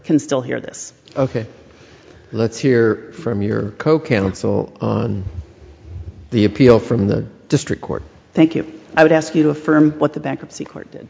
can still hear this ok let's hear from your co counsel the appeal from the district court thank you i would ask you to affirm what the bankruptcy court